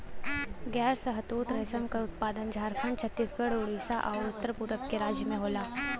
गैर शहतूत रेशम क उत्पादन झारखंड, छतीसगढ़, उड़ीसा आउर उत्तर पूरब के राज्य में होला